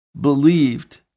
believed